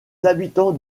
habitants